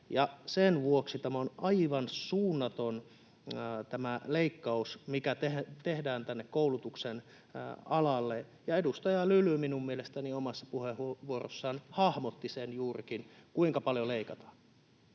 Sen vuoksi on aivan suunnaton tämä leikkaus, mikä tehdään tänne koulutuksen alalle, ja edustaja Lyly minun mielestäni omassa puheenvuorossaan hahmotti juurikin sen, kuinka paljon leikataan: